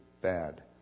bad